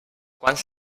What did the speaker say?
quants